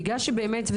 בגלל שבאמת,